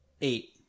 Eight